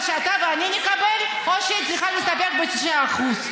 שאתה ואני נקבל או שהיא צריכה לקבל או היא צריכה,